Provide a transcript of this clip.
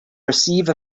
receive